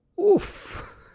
Oof